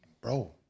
bro